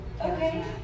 Okay